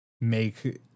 make